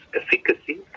efficacy